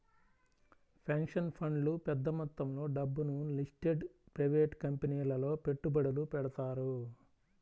pension ఫండ్లు పెద్ద మొత్తంలో డబ్బును లిస్టెడ్ ప్రైవేట్ కంపెనీలలో పెట్టుబడులు పెడతారు